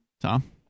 Tom